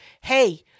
hey